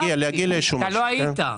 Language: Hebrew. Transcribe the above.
אתה לא היית.